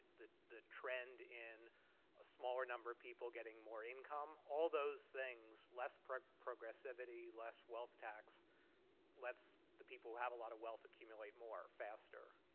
the the trend in a smaller number of people getting more income. all those things, less progressivity, less wealth tax lets the people who have a lot of wealth accumulate more faster.